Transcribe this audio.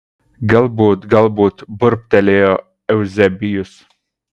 galbūt galbūt burbtelėjo euzebijus